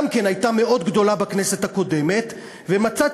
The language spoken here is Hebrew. גם היא הייתה מאוד גדולה בכנסת הקודמת ומצאה